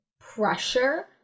pressure